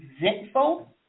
resentful